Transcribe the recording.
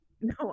no